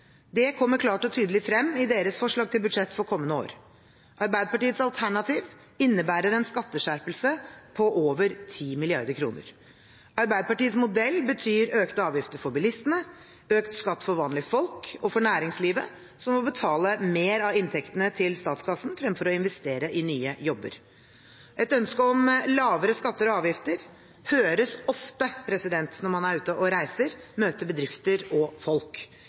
Det kommer klart og tydelig frem i deres forslag til budsjett for kommende år. Arbeiderpartiets alternativ innebærer en skatteskjerpelse på over 10 mrd. kr. Arbeiderpartiets modell betyr økte avgifter for bilistene, økt skatt for vanlige folk og for næringslivet, som må betale mer av inntektene til statskassen fremfor å investere i nye jobber. Et ønske om lavere skatter og avgifter høres ofte når man er ute og reiser og møter bedrifter og folk.